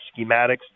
schematics